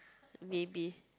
maybe